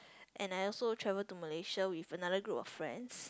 and I also traveled to Malaysia with another group of friends